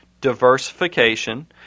diversification